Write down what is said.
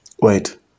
wait